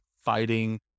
fighting